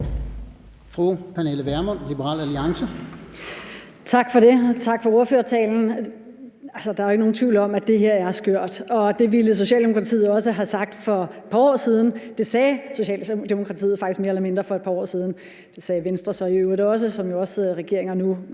Tak for det, og tak for ordførertalen. Der er jo ikke nogen tvivl om, at det her er skørt, og det ville Socialdemokratiet også have sagt for et par år siden. Det sagde Socialdemokratiet faktisk mere eller mindre for et par år siden. Det sagde Venstre, som jo også sidder i